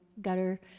gutter